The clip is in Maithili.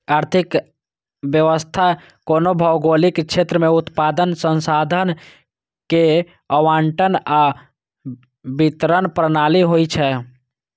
आर्थिक व्यवस्था कोनो भौगोलिक क्षेत्र मे उत्पादन, संसाधन के आवंटन आ वितरण प्रणाली होइ छै